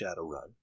Shadowrun